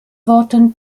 worten